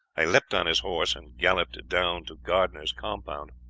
i leapt on his horse and galloped down to gardiner's compound.